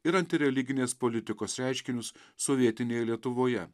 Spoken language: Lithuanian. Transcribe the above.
ir antireliginės politikos reiškinius sovietinėje lietuvoje